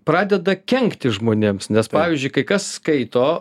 pradeda kenkti žmonėms nes pavyzdžiui kai kas skaito